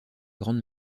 grande